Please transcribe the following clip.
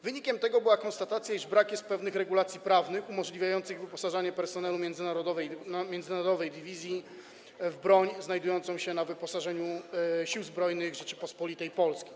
Wynikiem tego była konstatacja, iż brak jest pewnych regulacji prawnych umożliwiających wyposażanie personelu międzynarodowego dywizji w broń znajdującą się na wyposażeniu Sił Zbrojnych Rzeczypospolitej Polskiej.